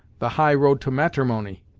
the high road to matrimony.